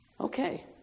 Okay